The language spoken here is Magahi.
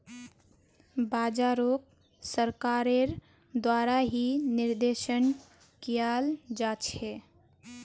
बाजारोक सरकारेर द्वारा ही निर्देशन कियाल जा छे